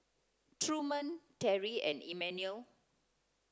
Truman Terrie and Emanuel